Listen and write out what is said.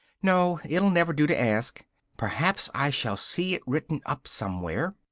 no, it'll never do to ask perhaps i shall see it written up somewhere.